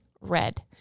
red